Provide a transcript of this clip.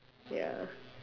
ya